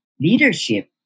leadership